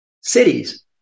cities